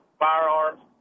firearms